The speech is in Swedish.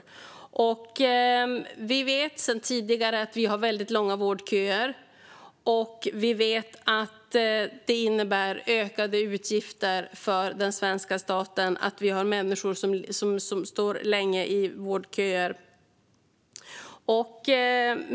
Vi vet sedan tidigare att vi har väldigt långa vårdköer. Vi vet också att det innebär ökade utgifter för den svenska staten när människor står länge i vårdköer.